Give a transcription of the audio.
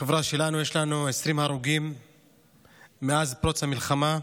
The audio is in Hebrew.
לחברה שלנו יש 20 הרוגים מאז פרוץ המלחמה,